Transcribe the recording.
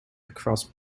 across